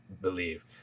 believe